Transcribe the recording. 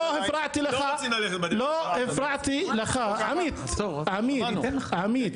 לא הפרעתי לך עמית עמית עמית,